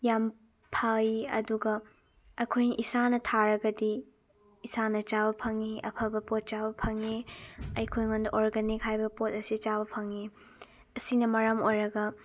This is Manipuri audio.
ꯌꯥꯝ ꯐꯩ ꯑꯗꯨꯒ ꯑꯩꯈꯣꯏ ꯏꯁꯥꯅ ꯊꯥꯔꯒꯗꯤ ꯏꯁꯥꯅ ꯆꯥꯕ ꯐꯪꯏ ꯑꯐꯕ ꯄꯣꯠ ꯆꯥꯕ ꯐꯪꯏ ꯑꯩꯈꯣꯏꯉꯣꯟꯗ ꯑꯣꯔꯒꯅꯤꯛ ꯍꯥꯏꯕ ꯄꯣꯠ ꯑꯁꯤ ꯆꯥꯕ ꯐꯪꯏ ꯑꯁꯤꯅ ꯃꯔꯝ ꯑꯣꯏꯔꯒ